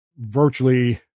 virtually